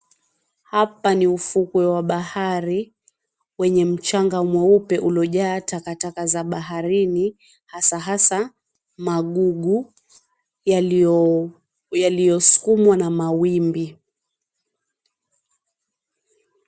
Hapa ni ufukwe wa bahari wenye mchanga mweupe uliojaa takataka za baharini hasahasa magugu yaliyosukumwa na mawimbi.